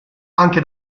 anche